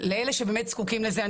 לגבי אלה שזקוקים לזה,